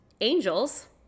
angels